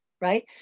right